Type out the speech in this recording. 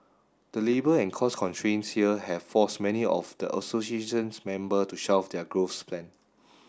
the labour and cost constraints here have forced many of the association's member to shelf their growth plan